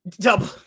Double